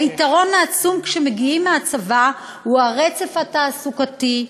היתרון העצום, כשמגיעים מהצבא, הוא הרצף התעסוקתי,